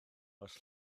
oes